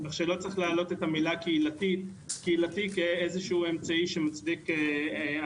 כך שלא צריך להעלות את המילה "קהילתית" כאיזה שהוא אמצעי שמצדיק הדרה.